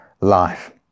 life